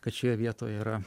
kad šioje vietoje yra